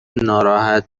ناراحت